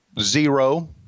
zero